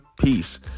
peace